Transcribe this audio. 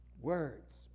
Words